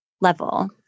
level